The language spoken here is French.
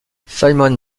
simon